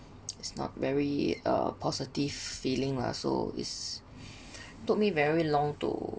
is not very uh positive feeling lah so is took me very long to